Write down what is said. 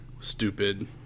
stupid